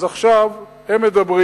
אז עכשיו הם מדברים על